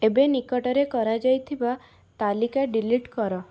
ଏବେ ନିକଟରେ କରାଯାଇଥିବା ତାଲିକା ଡିଲିଟ୍ କର